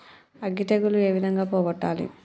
అగ్గి తెగులు ఏ విధంగా పోగొట్టాలి?